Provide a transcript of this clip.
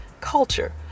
culture